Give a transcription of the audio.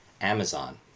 Amazon